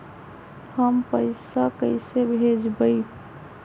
हम पैसा कईसे भेजबई?